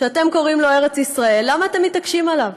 שאתם קוראים לו ארץ ישראל, למה אתם מתעקשים עליו?